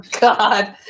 God